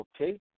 Okay